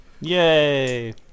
Yay